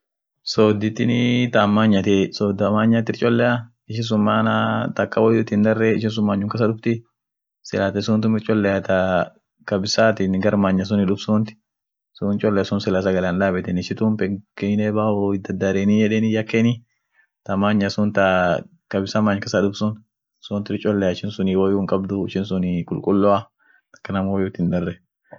Mukate aina biriat jira, mukaate ta kaandaat jira iyo ta lofuat jirai, taa dukaa biten, chapaatiinen hinjirti hanjeeraanen hinjirtie, maanyedenii arfeen sun. tunii amineen ishin won ishin gagaratiin, uumam ishian gagarai ak ishin midaasati kabd. gargar